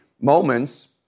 Moments